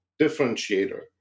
differentiator